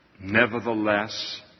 Nevertheless